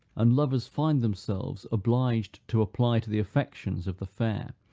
and lovers find themselves obliged to apply to the affections of the fair,